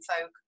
folk